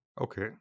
Okay